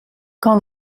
quand